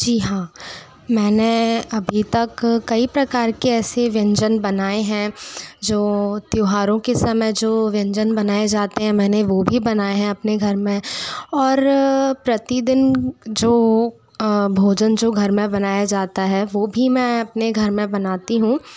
जी हाँ मैंने अभी तक कई प्रकार के ऐसे व्यंजन बनाए हैं जो त्यौहारों के समय जो व्यंजन बनाए जाते हैं मैंने वो भी बनाए हैं अपने घर में और प्रतिदिन जो भोजन जो घर में बनाया जाता है वो भी मैं अपने घर में बनाती हूँ